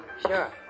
sure